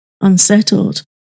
unsettled